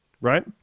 right